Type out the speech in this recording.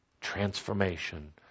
transformation